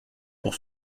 pour